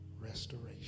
restoration